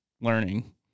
learning